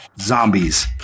zombies